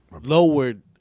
lowered –